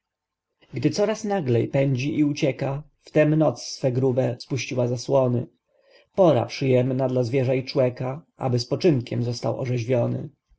gdy coraz naglej pędzi i ucieka wtem noc swe grube spuściła zasłony pora przyjemna dla zwierza i człeka aby spoczynkiem został orzeźwiony